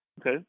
Okay